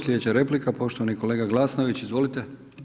Slijedeća replika, poštovani kolega Glasnović, izvolite.